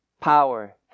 power